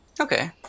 Okay